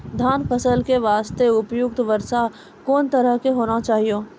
धान फसल के बास्ते उपयुक्त वर्षा कोन तरह के होना चाहियो?